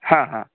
हा हा